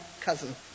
cousin